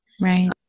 right